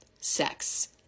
Sex